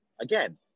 Again